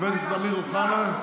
חבר כנסת אמיר אוחנה,